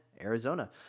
Arizona